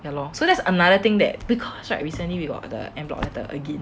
ya lor so that's another thing that because right recently we got the en bloc letter again